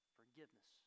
forgiveness